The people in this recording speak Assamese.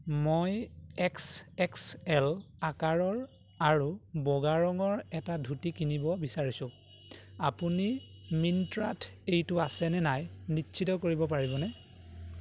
মই এক্স এক্স এল আকাৰৰ আৰু বগা ৰঙৰ এটা ধুতি কিনিব বিচাৰিছোঁ আপুনি মিন্ত্ৰাত এইটো আছেনে নাই নিশ্চিত কৰিব পাৰিবনে